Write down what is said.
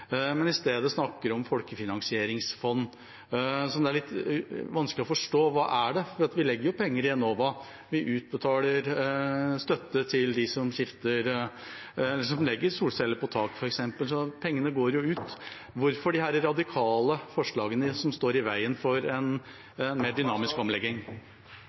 Men jeg er litt overrasket over at Miljøpartiet De Grønne ikke spiller mer på lag med forbrukerne med tanke på mer solceller på taket f.eks. – det er ingen radikal omstilling, egentlig – og i stedet snakker om folkefinansieringsfond. Det er litt vanskelig å forstå – hva er det? For vi legger jo penger i Enova, vi utbetaler støtte til dem som legger solceller på tak,